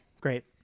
Great